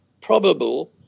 probable